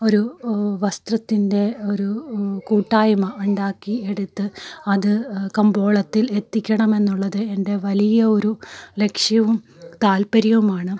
ഒരു വസ്ത്രത്തിൻ്റെ ഒരു കൂട്ടായ്മ ഉണ്ടാക്കി എടുത്ത് അത് കമ്പോളത്തിൽ എത്തിക്കണമെന്നുള്ളത് എൻ്റെ വലിയ ഒരു ലക്ഷ്യവും താല്പര്യവുമാണ്